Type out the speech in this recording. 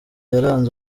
yaranze